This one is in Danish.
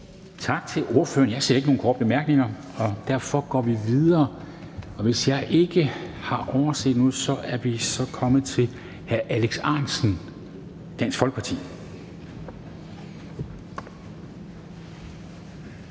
Tak til ordføreren. Jeg ser ikke, at der er noget ønske om korte bemærkninger. Derfor går vi videre, og hvis jeg ikke har overset noget, er vi så kommet til hr. Alex Ahrendtsen, Dansk Folkeparti.